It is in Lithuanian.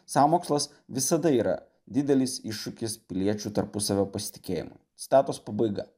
sąmokslas visada yra didelis iššūkis piliečių tarpusavio pasitikėjimui citatos pabaiga